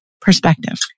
perspective